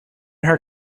her